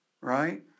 Right